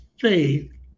faith